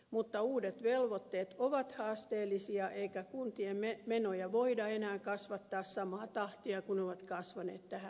mutta uudet velvoitteet ovat haasteellisia eikä kuntien menoja voida enää kasvattaa samaa tahtia kuin ne ovat kasvaneet tähän saakka